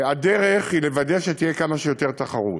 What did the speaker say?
הדרך היא לוודא שתהיה כמה שיותר תחרות.